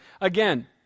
Again